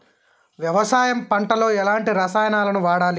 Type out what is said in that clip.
వ్యవసాయం పంట లో ఎలాంటి రసాయనాలను వాడాలి?